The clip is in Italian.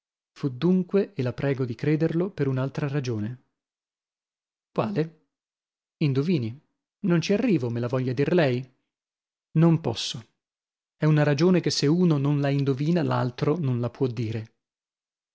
fu dunque e la prego di crederlo per un'altra ragione quale indovini non ci arrivo me la voglia dir lei non posso è una ragione che se uno non la indovina l'altro non la può dire